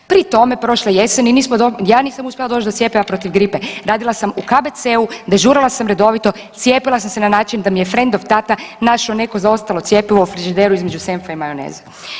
Pri tome prošle jeseni nismo, ja nisam uspjela doć do cjepiva protiv gripe, radila sam u KBC-u, dežurala sam redovito, cijepila sam se na način da mi je frendov tata našao neko zaostalo cjepivo u frižideru između senfa i majoneze.